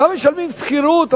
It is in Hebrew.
שם משלמים שכירות,